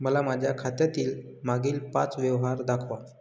मला माझ्या खात्यातील मागील पांच व्यवहार दाखवा